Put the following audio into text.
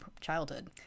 childhood